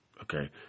Okay